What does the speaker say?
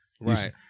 Right